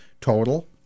total